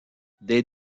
des